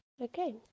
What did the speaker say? Okay